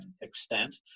extent